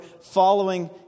following